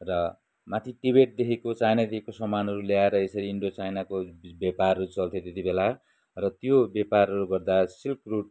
र माथि टिबेटदेखिको चाइनादेखिको सामानहरू ल्याएर यसेरी इन्डो चाइनाको व्यापारहरू चल्थ्यो त्यतिबेला र त्यो व्यापारहरू गर्दा सिल्क रूट